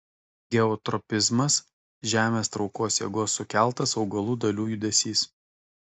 geotropizmas žemės traukos jėgos sukeltas augalų dalių judesys